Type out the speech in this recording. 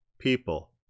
people